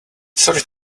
sorry